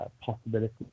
possibility